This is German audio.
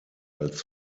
als